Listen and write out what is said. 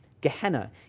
Gehenna